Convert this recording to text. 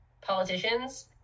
politicians